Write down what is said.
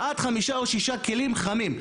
עד חמישה או שישה כלים חמים.